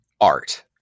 art